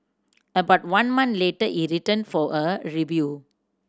about one month later he returned for a review